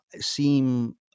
seem